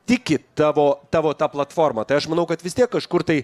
tiki tavo tavo ta platforma tai aš manau kad vis tiek kažkur tai